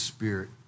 Spirit